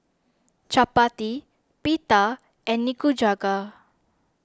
Chapati Pita and Nikujaga